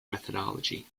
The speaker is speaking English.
methodology